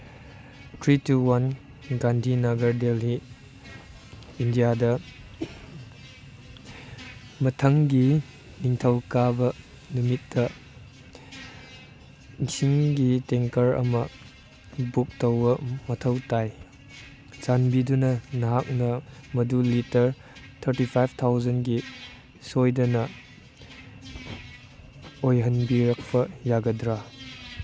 three two one Gandhi Nagar Delhi ꯏꯟꯗꯤꯌꯥꯗ ꯃꯊꯪꯒꯤ ꯅꯤꯡꯊꯧꯀꯥꯕ ꯅꯨꯃꯤꯠꯇ ꯏꯁꯤꯡꯒꯤ ꯇꯦꯡꯀꯔ ꯑꯃ ꯕꯨꯛ ꯇꯧꯕ ꯃꯊꯧ ꯇꯥꯏ ꯆꯥꯟꯕꯤꯗꯨꯅ ꯅꯍꯥꯛꯅ ꯃꯗꯨ ꯂꯤꯇꯔ ꯊꯔꯇꯤ ꯐꯥꯏꯚ ꯊꯥꯎꯖꯟꯒꯤ ꯁꯣꯏꯗꯅ ꯑꯣꯏꯍꯟꯕꯤꯔꯛꯄ ꯌꯥꯒꯗ꯭ꯔ